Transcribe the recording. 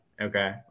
okay